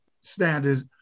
standards